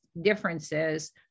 differences